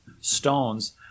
stones